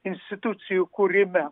institucijų kūrime